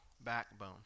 backbone